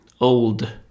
old